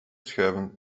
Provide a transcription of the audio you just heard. schuiven